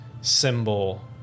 symbol